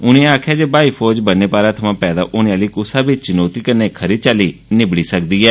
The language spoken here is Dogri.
उनें आक्खेआ जे ब्हाई फौज ब'न्ने पारा थमां पैदा होने आह्ली कुसै बी चुनौती कन्ने खरी चाल्ली निबड़ी सकदी ऐ